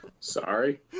Sorry